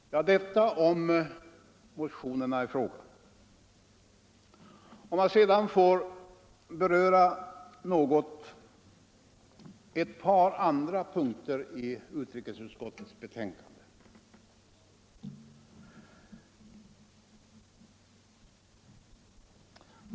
Tillåt mig sedan att också något beröra ett par andra punkter i utrikesutskottets betänkande.